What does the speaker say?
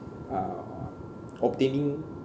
uh obtaining